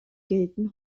gelten